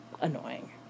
annoying